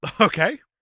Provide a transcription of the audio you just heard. Okay